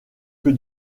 que